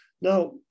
Now